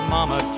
Mama